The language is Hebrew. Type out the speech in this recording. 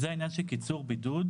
זה העניין של קיצור בידוד,